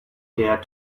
dared